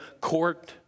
court